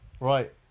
Right